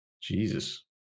Jesus